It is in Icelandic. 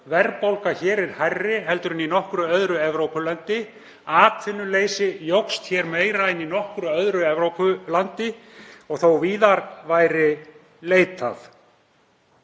Verðbólga hér er hærri en í nokkru öðru Evrópulandi. Atvinnuleysi jókst hér meira en í nokkru öðru Evrópulandi og þótt víðar væri leitað.